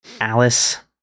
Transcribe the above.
alice